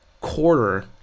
quarter